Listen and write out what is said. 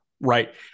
Right